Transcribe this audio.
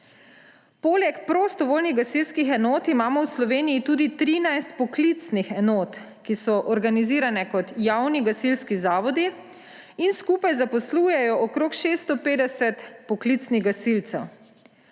Poleg prostovoljnih gasilskih enot imamo v Sloveniji tudi 13 poklicnih enot, ki so organizirane kot javni gasilski zavodi in skupaj zaposlujejo okrog 650 poklicnih gasilcev.